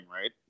right